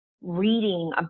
reading